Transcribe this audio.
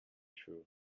true